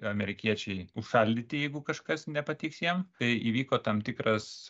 amerikiečiai užšaldyti jeigu kažkas nepatiks jiem tai įvyko tam tikras